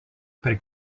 per